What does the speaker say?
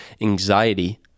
anxiety